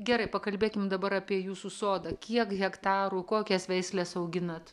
gerai pakalbėkim dabar apie jūsų sodą kiek hektarų kokias veisles auginat